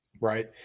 Right